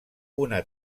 una